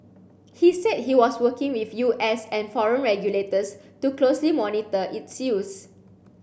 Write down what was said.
he said he was working with U S and foreign regulators to closely monitor its use